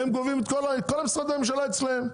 כל משרדי הממשלה אצלם.